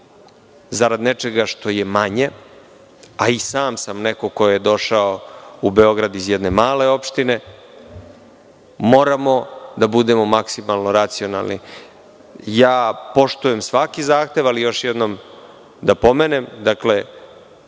zarad nečega što je manje, a i sam sam neko ko je došao u Beograd iz jedne male opštine. Moramo da budemo maksimalno racionalni. Poštujem svaki zahtev, ali još jednom da pomenem, tamo